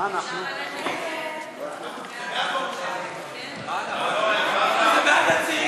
ההצעה להעביר את הצעת חוק הגנת הצרכן (תיקון,